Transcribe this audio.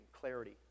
clarity